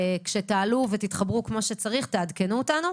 כשתעלו ותתחברו כמו שצריך תעדכנו אותנו.